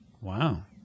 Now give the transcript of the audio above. Wow